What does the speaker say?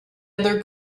other